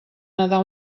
nedar